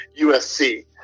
USC